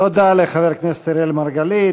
תודה רבה לחבר הכנסת אראל מרגלית.